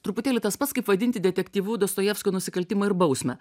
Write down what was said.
truputėlį tas pats kaip vadinti detektyvudostojevskio nusikaltimą ir bausmę